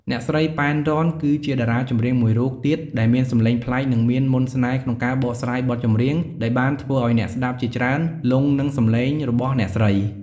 អ្នកស្រី ប៉ែន រ៉ន គឺជាតារាចម្រៀងមួយរូបទៀតដែលមានសម្លេងប្លែកនិងមានមន្តស្នេហ៍ក្នុងការបកស្រាយបទចម្រៀងដែលបានធ្វើឱ្យអ្នកស្តាប់ជាច្រើនលង់នឹងសំឡេងរបស់អ្នកស្រី។